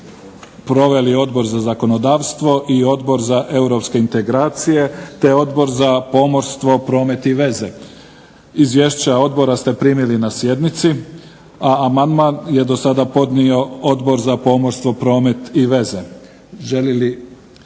proveli Odbor za zakonodavstvo i Odbor za europske integracije, te Odbor za pomorstvo, promet i veze. Izvješća odbora ste primili na sjednici, a amandma je do sada podnio Odbor za pomorstvo, promet i veze. Želi li